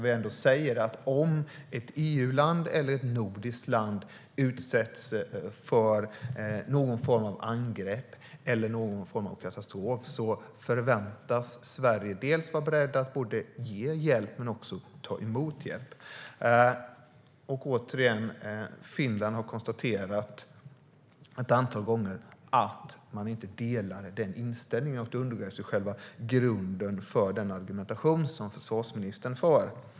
Vi säger att om ett EU-land eller ett nordiskt land utsätts för någon form av angrepp eller någon form av katastrof förväntas Sverige vara berett att ge hjälp men också ta emot hjälp. Återigen: Finland har ett antal gånger konstaterat att man inte delar den inställningen. Då undergrävs ju själva grunden för den argumentation som försvarsministern för.